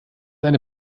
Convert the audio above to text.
eine